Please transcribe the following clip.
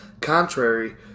contrary